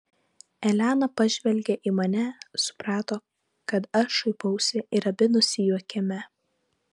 elena pažvelgė į mane suprato kad aš šaipausi ir abi nusijuokėme